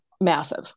massive